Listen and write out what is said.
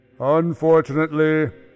Unfortunately